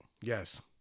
Yes